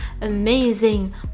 amazing